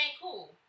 cool